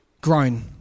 Grown